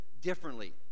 differently